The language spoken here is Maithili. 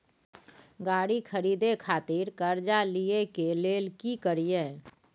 गाड़ी खरीदे खातिर कर्जा लिए के लेल की करिए?